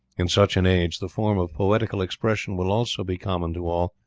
in such an age the form of poetical expression will also be common to all,